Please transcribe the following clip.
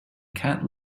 cat